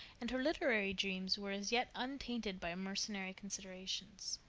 and her literary dreams were as yet untainted by mercenary considerations.